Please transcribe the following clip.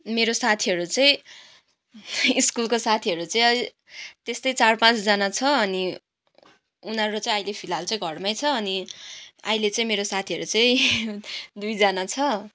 मेरो साथीहरू चाहिँ स्कुलको साथीहरू चाहिँ त्यस्तै चार पाँचजना छ अनि उनीहरू चाहिँ अहिले फिलहाल चाहिँ घरमै छ अनि अहिले चाहिँ मेरो साथीहरू चाहिँ दुईजना छ